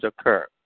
occur